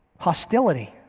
Hostility